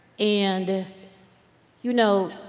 and you know,